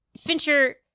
Fincher